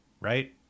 Right